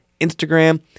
Instagram